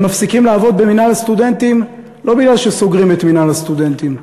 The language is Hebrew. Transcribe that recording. הם מפסיקים לעבוד במינהל הסטודנטים לא כי סוגרים את מינהל הסטודנטים,